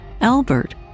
Albert